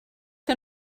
que